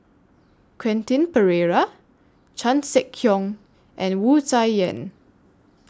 Quentin Pereira Chan Sek Keong and Wu Tsai Yen